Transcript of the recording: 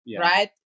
right